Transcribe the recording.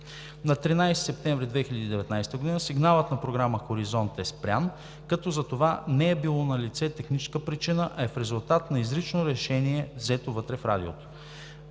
На 13 септември 2019 г. сигналът на програма „Хоризонт“ е спрян, като за това не е било налице техническа причина, а е в резултат на изрично решение, взето вътре в Радиото.